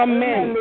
Amen